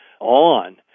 on